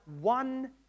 one